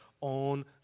on